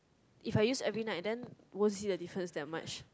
if I use every night then won't see the different that much